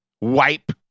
wipe